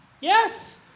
Yes